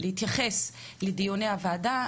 להתייחס לדיוני הוועדה,